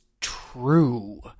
true